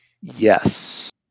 Yes